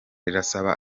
irasaba